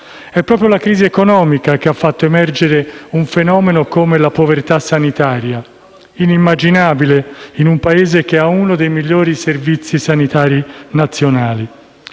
È proprio la crisi economica che ha fatto emergere un fenomeno come la povertà sanitaria, inimmaginabile in un Paese che ha uno dei migliori servizi sanitari nazionali: